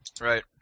Right